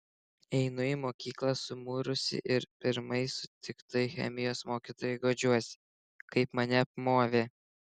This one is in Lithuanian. einu į mokyklą sumurusi ir pirmai sutiktai chemijos mokytojai guodžiuosi kaip mane apmovė